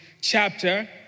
chapter